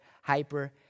hyper